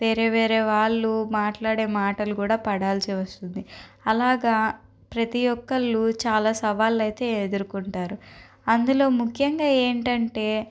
వేరే వేరే వాళ్ళు మాట్లాడే మాటలకు కూడా పడాల్సి వస్తుంది అలాగ ప్రతి ఒక్కళ్ళు చాలా సవాళ్ళయితే ఎదుర్కుంటారు అందులో ముఖ్యంగా ఏంటంటే